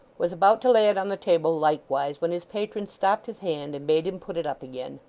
was about to lay it on the table likewise, when his patron stopped his hand and bade him put it up again.